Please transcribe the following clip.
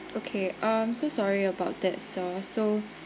okay I'm so sorry about that so so